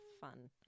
fun